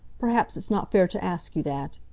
perhaps it's not fair to ask you that.